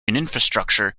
infrastructure